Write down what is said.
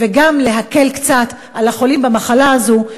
וגם להקל קצת על החולים במחלה הזאת,